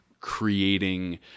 creating